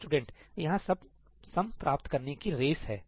student यहां सम प्राप्त करने की रेस है